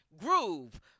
groove